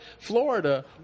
Florida